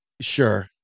Sure